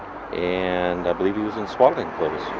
and i believe he was in swaddling clothes.